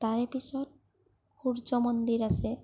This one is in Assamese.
তাৰে পিছত সূৰ্য মন্দিৰ আছে